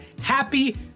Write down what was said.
Happy